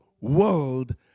world